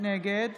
נגד